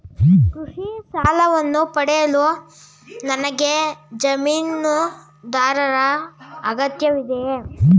ಕೃಷಿ ಸಾಲವನ್ನು ಪಡೆಯಲು ನನಗೆ ಜಮೀನುದಾರರ ಅಗತ್ಯವಿದೆಯೇ?